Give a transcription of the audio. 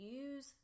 use